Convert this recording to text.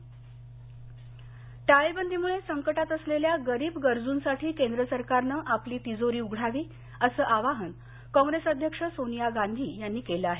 सोनिया गांधी टाळेबंदीमुळे संकटात असलेल्या गरीब गरजूंसाठी केंद्र सरकारनं आपली तिजोरी उघडावी असं आवाहन काँग्रेस अध्यक्ष सोनिया गांधी यांनी केलं आहे